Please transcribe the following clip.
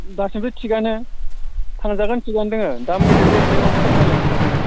दासिमबो थिगानो थांजागोन थिगानो दोङो दा मैदेरबो एसे खम नालाय अंखारनाया